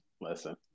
listen